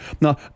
Now